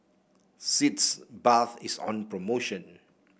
Sitz Bath is on promotion